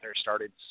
started